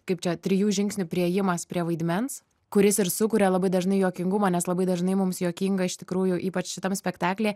kaip čia trijų žingsnių priėjimas prie vaidmens kuris ir sukuria labai dažnai juokingumą nes labai dažnai mums juokinga iš tikrųjų ypač šitam spektaklyje